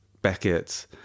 Beckett